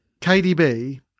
KDB